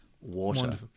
water